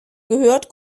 gehört